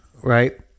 Right